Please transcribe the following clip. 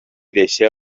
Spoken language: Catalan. deixar